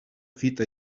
fita